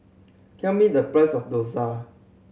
tell me the price of dosa